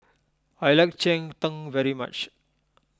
I like Cheng Tng very much